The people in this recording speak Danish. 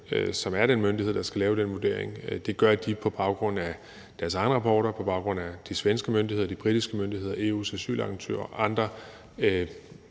som er den myndighed, der skal lave den vurdering. Det gør de på baggrund af deres egne rapporter og på baggrund af vurderinger fra de svenske myndigheder, de britiske myndigheder, Den Europæiske Unions Asylagentur og andre